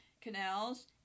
canals